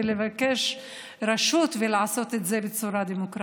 לבקש רשות ולעשות את זה בצורה דמוקרטית.